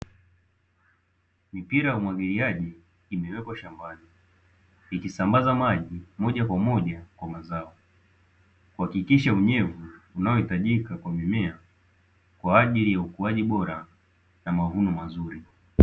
Mipira ya umwagiliaji imewekwa shambani ikisambaza maji moja kwa moja kwenye mazao, kuhakikisha unyevu unaohitajika kwa mimea kwa ajili ya ukuaji bora na mavuno mazuri.